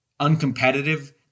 uncompetitive